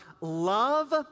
Love